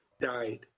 died